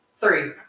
Three